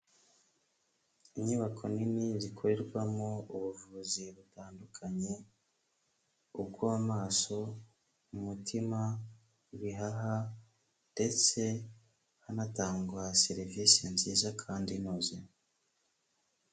Inyubako nini zikorerwamo ubuvuzi butandukanye, ubw'amaso, umutima, ibihaha ndetse hanatangwa serivisi nziza kandi inoze.